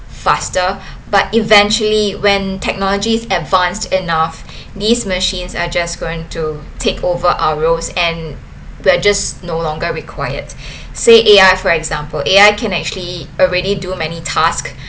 faster but eventually when technologies advanced enough these machines are just going to take over our roles and we're just no longer required say A_I for example A_I can actually already do many task